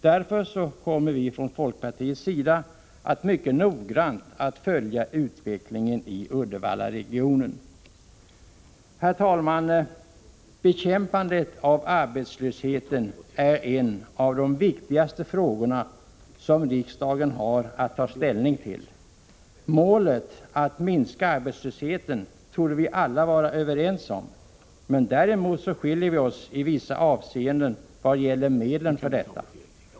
Därför kommer vi från folkpartiets sida att mycket noggrant följa utvecklingen i Uddevallaregionen. Herr talman! Bekämpandet av arbetslösheten är en av de viktigaste frågor som riksdagen har att ta ställning till. Målet att minska arbetslösheten torde vi alla vara överens om. Däremot skiljer vi oss åt i vissa avseenden i vad gäller medlen för detta.